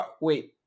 wait